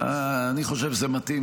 --- אני חושב שזה מתאים.